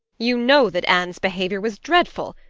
you know that anne's behavior was dreadful,